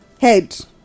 Head